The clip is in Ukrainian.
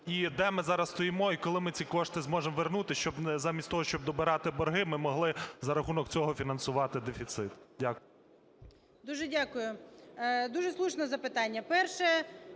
І де ми зараз стоїмо, і коли ми ці кошти зможе вернути, щоби замість того, щоб добирати борги, ми могли за рахунок цього фінансувати дефіцит? Дякую. 10:49:50 МАРКАРОВА О.С. Дуже дякую. Дуже слушне запитання. Перше.